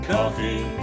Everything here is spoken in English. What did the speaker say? Coffee